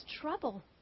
trouble